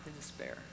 despair